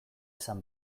esan